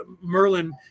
Merlin